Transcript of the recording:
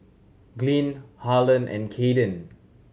Glynn Harlon and Cayden